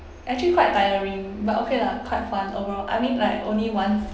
actually quite tiring but okay lah quite fun overall I mean like only once